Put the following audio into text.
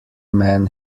man